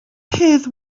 hedd